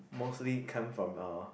mostly come from uh